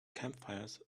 campfires